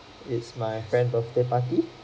it's my friend birthday party